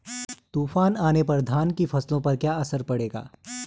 तूफान आने पर धान की फसलों पर क्या असर पड़ेगा?